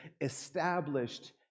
established